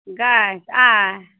गाछ आइ